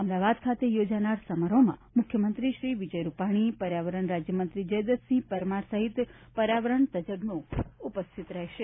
અમદાવાદ ખાતે યોજાનારા સમારોહમાં મુખ્યમંત્રી શ્રી વિજયભાઈ રૂપાણી પર્યાવરણ રાજ્યમંત્રી જયદ્રથસિંહ પરમાર સહિત પર્યાવરણ તજજ્ઞો ઉપસ્થિત રહેશે